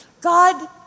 God